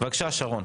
בבקשה, שרון.